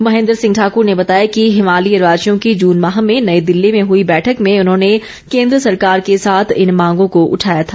महेन्द्र सिंह ठाकर ने बताया कि हिमालयी राज्यों की जून माह में नई दिल्ली में हुई बैठक में उन्होंने केन्द्र सरकार के साथ इन मांगों को उठाया था